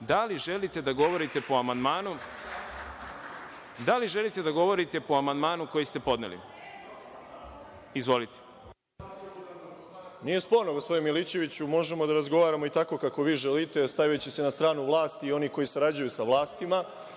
li želite da govorite po amandmanu koji ste podneli? Izvolite. **Boško Obradović** Nije sporno, gospodine Milićeviću, možemo da razgovaramo i tako kako vi želite, stavljajući se na stranu vlasti i onih koji sarađuju sa vlastima,